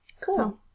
Cool